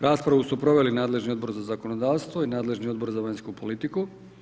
Raspravu su proveli nadležni Odbor za zakonodavstvo i nadležni Odbor za vanjsku politiku.